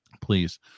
please